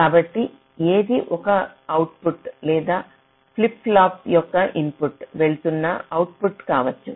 కాబట్టి ఏదో ఒక అవుట్పుట్ లేదా ఫ్లిప్ ఫ్లాప్ యొక్క ఇన్పుట్ వెళ్తున్న అవుట్పుట్ కావచ్చు